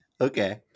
Okay